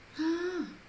!huh!